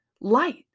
light